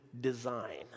design